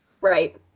Right